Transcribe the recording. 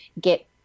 get